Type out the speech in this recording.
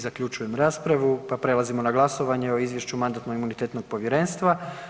Zaključujem raspravu pa prelazimo na glasovanje o Izvješću Mandatno-imunitetno povjerenstva.